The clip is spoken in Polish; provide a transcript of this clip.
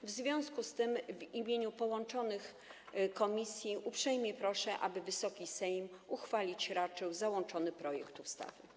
W związku z tym w imieniu połączonych komisji uprzejmie proszę, aby Wysoki Sejm raczył uchwalić załączony projekt ustawy.